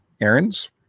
errands